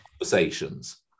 conversations